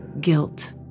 guilt